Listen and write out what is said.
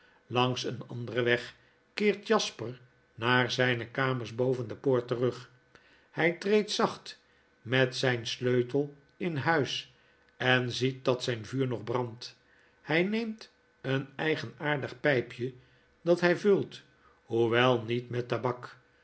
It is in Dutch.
langs een anderen weg keert jasper naar zflne kamers boven de poort terug hij treedt zacht met zyn sleutel in huis en ziet'datzfln vuur nog brandt hfl neemt een eigenaardig pjjpje dat hij vult hoewel niet mettabakuit